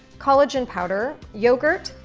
collagen powder, yogurt,